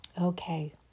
Okay